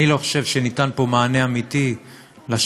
אני לא חושב שניתן פה מענה אמיתי לשאלה